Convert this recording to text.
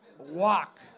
Walk